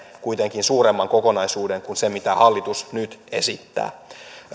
kuitenkin suuremman kokonaisuuden kuin sen mitä hallitus nyt esittää